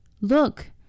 Look